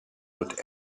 would